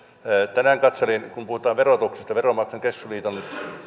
tänään katselin kun puhutaan verotuksesta veronmaksajain keskusliiton